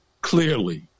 clearly